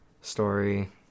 story